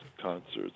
concerts